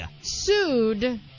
sued